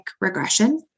regression